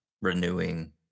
renewing